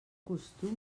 costum